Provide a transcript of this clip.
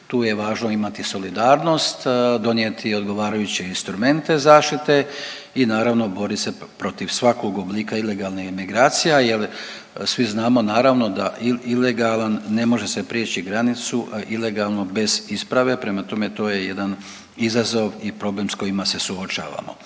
tu je važno imati solidarnost, donijeti odgovarajuće instrumente zaštite i naravno borit se protiv svakog oblika ilegalnih imigracija jel svi znamo da naravno da ilegalan ne može se prijeći granicu ilegalno bez isprave, prema tome to je jedan izazov i problem s kojima se suočavamo.